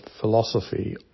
Philosophy